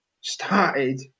started